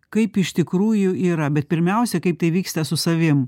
kaip iš tikrųjų yra bet pirmiausia kaip tai vyksta su savim